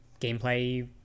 gameplay